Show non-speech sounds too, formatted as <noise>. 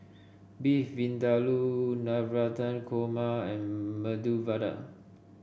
Beef Vindaloo Navratan Korma and <unintelligible> Medu Vada